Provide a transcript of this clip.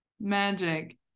magic